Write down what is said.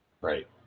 Right